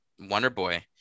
Wonderboy